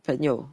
朋友